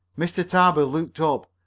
mr. tarbill looked up,